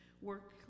work